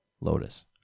lotus